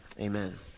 Amen